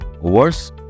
Worse